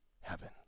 heaven